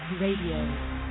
Radio